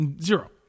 Zero